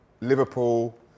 Liverpool